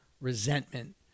resentment